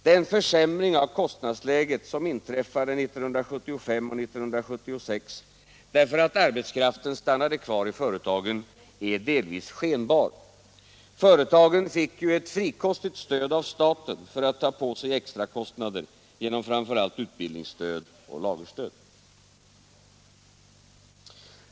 Den försämring av kostnadsläget, som inträffade 1975 och 1976 därför att arbetskraften stannade kvar i företagen, är delvis skenbar. Företagen fick ju ett frikostigt stöd av staten för att ta på sig extrakostnader genom framför allt utbildningsstöd och lagerstöd.